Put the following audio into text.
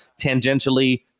tangentially